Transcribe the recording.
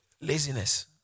laziness